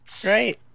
Great